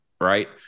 right